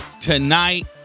Tonight